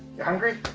you hungry?